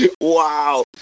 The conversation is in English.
wow